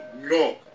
No